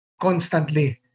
constantly